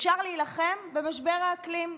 אפשר להילחם במשבר האקלים,